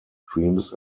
dreams